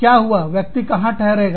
क्या हुआव्यक्ति कहां ठहरेगा